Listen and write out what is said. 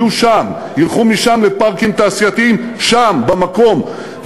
יהיו שם, ילכו משם לפארקים תעשייתיים, שם, במקום.